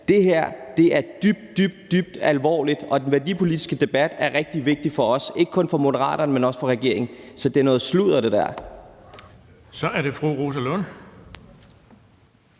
Det her er dybt, dybt alvorligt, og den værdipolitiske debat er rigtig vigtig for os – ikke kun for Moderaterne, men også for regeringen. Så det der er noget sludder. Kl. 12:05 Den fg. formand